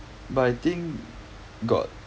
but I think got